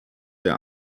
der